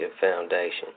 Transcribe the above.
Foundation